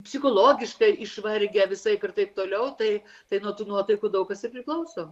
psichologiškai išvargę visaip ir taip toliau tai tai nuo tų nuotaikų daug kas ir priklauso